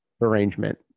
arrangement